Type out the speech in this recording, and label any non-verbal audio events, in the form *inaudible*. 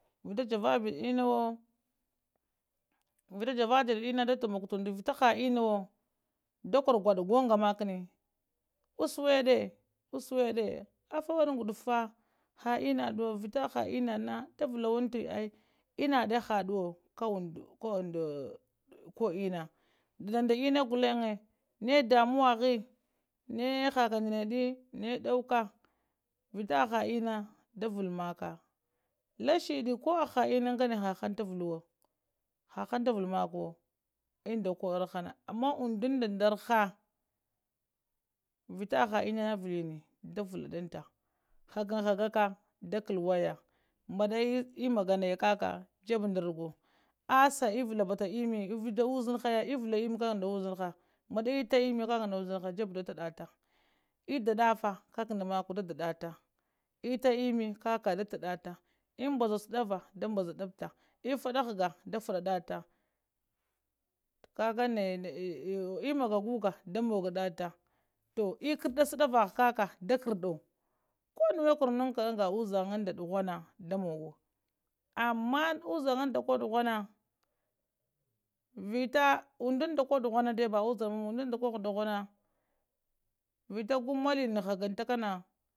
Vita javadade ennawo vita javaja tinna da taimokowo tunɗu vita ha ennawo ɗa korowo gudda gund a makni uss wedde uss wedde alfaawede ta ngudufa ennade haduwo vita aha ennadana da valawatayawo enna de haduwo ka undu ka undu *hesitation* la nda enna gullen neg damuwa hi nuwe haka nɗaneɗuwe vita aha enna da vall maƙƙa la shiddi koh aha enne ngane ha hang ɗavall hahang ɗavall maƙƙuwo unɗa koh allarahana ama unɗanda da. araha vita aha enna avallini davallanaka haganhagaƙa da kall waya mɓaɗa emanaga naya kaka, a jebb nda ragor o aasha eivala batta emnni vita uzinaha ya evilla nganede ka nda uziniha mba dda enwta emmi jebbe da taddata edda daffa kaka nda makuwa ɗadadar ta enwanta emmi kakala taddata enn mbaza sadahavaha da mbazadabata efadafada ghage fadata kaga naya *hesitation* emagga guga. a da magadata toh ekardda saddal va da kardadata koh nuwe kuranaka anga uzango da duhuna da maga ama uzangada koh duhuna da moggowo ama uzanga da koh duhuna vita undanda koh duhana dai ba wai duhuna ba unɗa duhuna vita gu malani ghaganta kana.